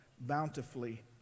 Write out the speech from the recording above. bountifully